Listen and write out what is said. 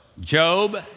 Job